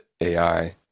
AI